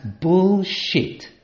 bullshit